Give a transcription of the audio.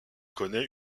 connaît